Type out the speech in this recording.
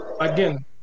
again